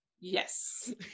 Yes